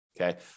okay